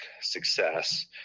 success